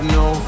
no